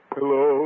Hello